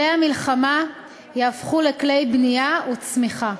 כלי המלחמה יהפכו לכלי בנייה וצמיחה.